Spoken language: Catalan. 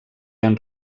han